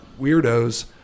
weirdos